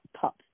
top